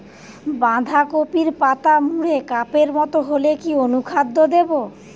বাঁধাকপির পাতা মুড়ে কাপের মতো হলে কি অনুখাদ্য দেবো?